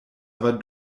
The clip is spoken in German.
aber